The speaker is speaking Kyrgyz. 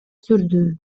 сүрдүү